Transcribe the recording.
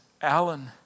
Alan